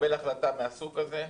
לקבל החלטה מהסוג הזה.